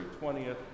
20th